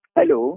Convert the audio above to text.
Hello